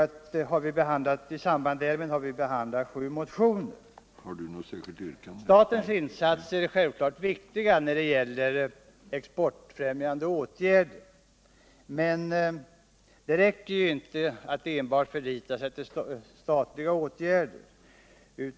I samband därmed har vi också behandlat sju motioner. Statens insatser är självfallet viktiga när det gäller exportfrimjande åtgärder. Men det räcker inte att enbart förlita sig till statliga åtgärder.